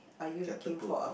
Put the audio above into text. catapult